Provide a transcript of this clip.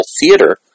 Theater